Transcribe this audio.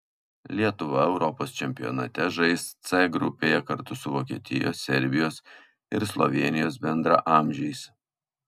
lietuva europos čempionate žais c grupėje kartu su vokietijos serbijos ir slovėnijos bendraamžiais